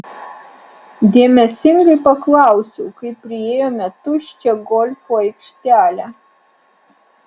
dėmesingai paklausiau kai priėjome tuščią golfo aikštelę